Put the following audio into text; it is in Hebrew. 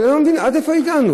אני לא מבין, עד איפה הגענו?